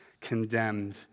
condemned